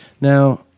Now